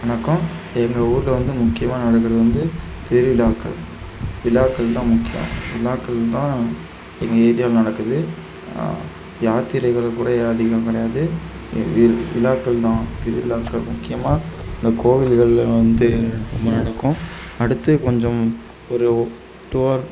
வணக்கம் எங்கள் ஊரில் வந்து முக்கியமாக நடக்கிறது வந்து திருவிழாக்கள் விழாக்கள் தான் முக்கியம் விழாக்கள் தான் எங்க ஏரியாவில் நடக்குது யாத்திரைகள் கூட அதிகம் கிடையாது வில் விழாக்கள் தான் திருவிழாக்கள் முக்கியமாக இந்த கோவில்களில் வந்து நடக்கும் அடுத்து கொஞ்சம் ஒரு டூ அவர்